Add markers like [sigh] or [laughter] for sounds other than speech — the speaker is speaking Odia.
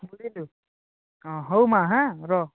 [unintelligible] ବୁଝିଲୁ ହଁ ହଉ ମା' ହେଁ ରହ